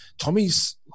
Tommy's